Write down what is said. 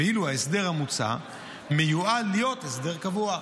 ואילו ההסדר המוצע מיועד להיות הסדר קבוע.